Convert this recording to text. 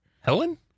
Helen